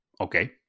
Okay